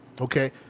okay